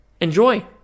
Enjoy